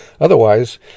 Otherwise